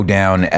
down